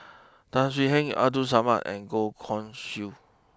Tan Swie Hian Abdul Samad and Goh Guan Siew